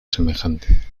semejante